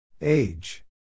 Age